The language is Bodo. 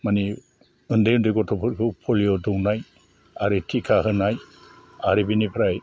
माने उन्दै उन्दै गथ'फोरखौ पलिअ दौनाय आरो थिखा होनाय आरो बेनिफ्राय